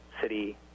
city